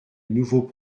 nouveau